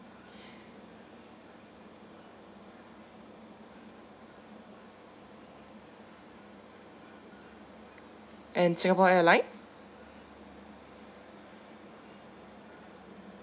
and singapore airline